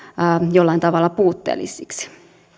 jollain tavalla puutteelliseksi